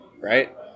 right